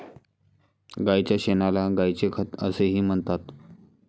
गायीच्या शेणाला गायीचे खत असेही म्हणतात